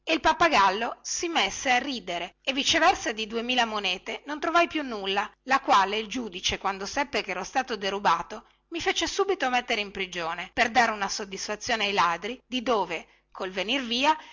il pappagallo si messe a ridere e viceversa di duemila monete non trovai più nulla la quale il giudice quando seppe che ero stato derubato mi fece subito mettere in prigione per dare una soddisfazione ai ladri di dove col venir via